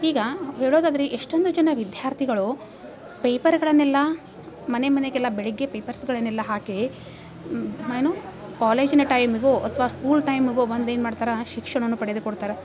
ಈಗ ಹೇಳೋದಾದರೆ ಎಷ್ಟೊಂದು ಜನ ವಿದ್ಯಾರ್ಥಿಗಳು ಪೇಪರ್ಗಳನೆಲ್ಲ ಮನೆ ಮನೆಗೆಲ್ಲ ಬೆಳಗ್ಗೆ ಪೇಪರ್ಸ್ಗಳನೆಲ್ಲ ಹಾಕಿ ಏನು ಕಾಲೇಜಿನ ಟೈಮಿಗೂ ಅಥ್ವಾ ಸ್ಕೂಲ್ ಟೈಮಿಗೋ ಬಂದು ಏನು ಮಾಡ್ತಾರೆ ಶಿಕ್ಷಣವನ್ನು ಪಡೆದು ಕೊಡ್ತಾರೆ